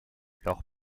leur